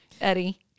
Eddie